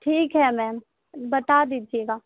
ٹھیک ہے میم بتا دیجیے گا